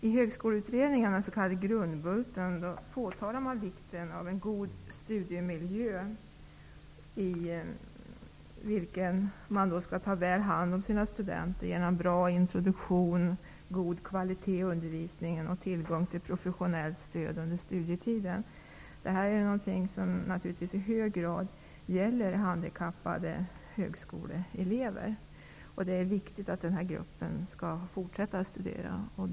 I högskoleutredningen, den s.k. Grundbulten, påtalas vikten av en god studiemiljö i vilken studenterna tas väl om hand och ges bra introduktion, god kvalitet på undervisningen och tillgång till professionellt stöd under studietiden. Detta gäller i hög grad handikappade högskoleelever. Det är viktigt att den gruppen fortsätter studera.